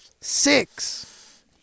six